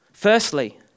Firstly